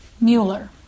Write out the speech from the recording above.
Mueller